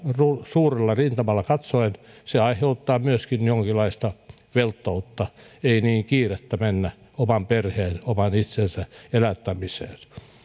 suurella rintamalla katsoen se aiheuttaa myöskin jonkinlaista velttoutta ei ole niin kiirettä mennä oman perheen oman itsensä elättämiseen